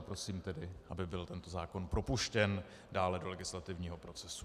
Prosím tedy, aby byl tento zákon propuštěn dále do legislativního procesu.